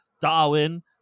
Darwin